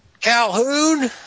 Calhoun